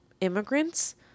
immigrants